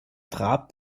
trat